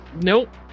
Nope